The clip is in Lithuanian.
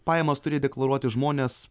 pajamas turi deklaruoti žmonės